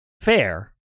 fair